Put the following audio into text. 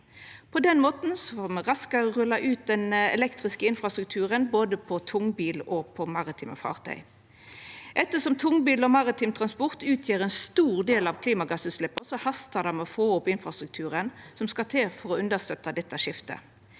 På den måten får me raskare rulla ut den elektriske infrastrukturen både på tungbilar og på maritime fartøy. Ettersom tungbilar og maritim transport utgjer ein stor del av klimagassutsleppa, hastar det med å få opp infrastrukturen som skal til for å understøtta dette skiftet.